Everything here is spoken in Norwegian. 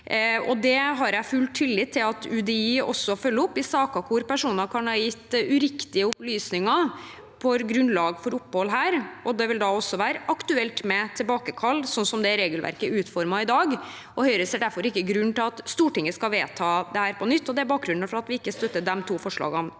Jeg har full tillit til at UDI også følger opp dette i saker hvor personer kan ha gitt uriktige opplysninger for grunnlag for opphold her. Det vil da være aktuelt med tilbakekall, slik regelverket er utformet i dag. Høyre ser derfor ingen grunn til at Stortinget skal vedta dette på nytt, og det er bakgrunnen for at vi ikke støtter de to forslagene